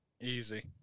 easy